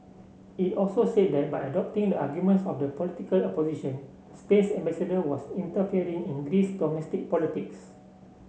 it also said that by adopting the arguments of the political opposition Spain's ambassador was interfering in Greece's domestic politics